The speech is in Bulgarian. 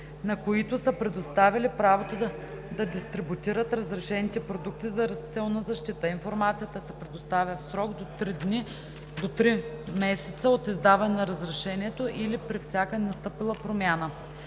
на които са предоставили правото да дистрибутират разрешените продукти за растителна защита. Информацията се предоставя в срок до три месеца от издаване на разрешението или при всяка настъпила промяна.“